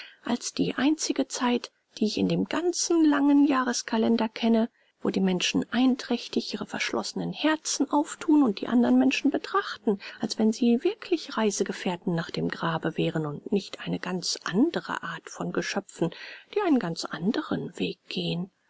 als die einzige zeit die ich in dem ganzen langen jahreskalender kenne wo die menschen einträchtig ihre verschlossenen herzen aufthun und die andern menschen betrachten als wenn sie wirklich reisegefährten nach dem grabe wären und nicht eine ganz andere art von geschöpfen die einen ganz andern weg gehen